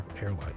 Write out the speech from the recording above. airline